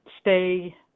stay